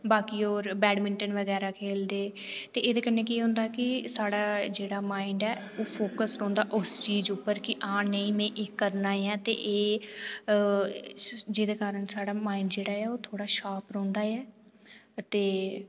बाकी होर बैडमिंटन बगैरा खेल्लदे ते एह्दे कन्नै केह् होंदा की साढ़ा जेह्ड़ा मांइड ऐ ओह् फोक्स रौहंदा उस चीज़ पर की आं नेईं में एह् करना ते जेह्दे कारण साढ़ा जेह्ड़ा माइंड ऐ ओह् शॉर्प रौहंदा ऐ ते